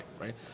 right